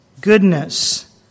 goodness